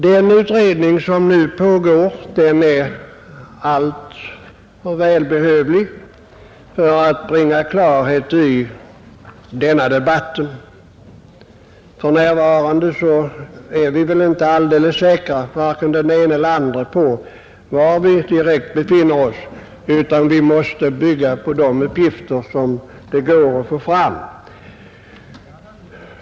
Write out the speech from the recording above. Den utredning som nu pågår för att bringa klarhet är alltför välbehövlig. För närvarande är vi inte, vare sig den ene eller den andre, säkra på var vi befinner oss, utan vi måste bygga på de uppgifter som går att få fram.